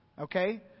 Okay